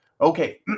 Okay